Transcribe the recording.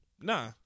Nah